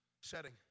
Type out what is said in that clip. setting